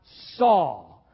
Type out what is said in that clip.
saw